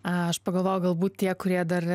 aš pagalvojau galbūt tie kurie dar